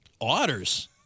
Otters